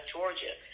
Georgia